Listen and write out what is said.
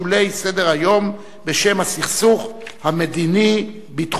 סדר-היום בשם הסכסוך המדיני-ביטחוני.